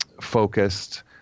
focused